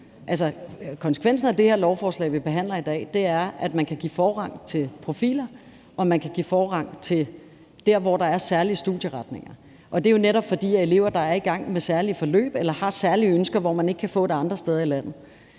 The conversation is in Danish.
Altså, konsekvensen af det her lovforslag, vi behandler i dag, er, at man kan give forrang til profiler, og at man kan give forrang til der, hvor der er særlige studieretninger, og det er jo netop, fordi elever, der er i gang med særlige forløb eller har særlige ønsker, hvor man ikke kan få det andre steder i landet,